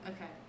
Okay